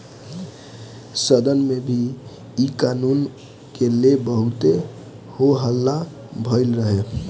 सदन में भी इ कानून के ले बहुते हो हल्ला भईल रहे